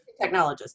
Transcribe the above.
technologist